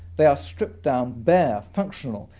they are stripped-down, bare, functional.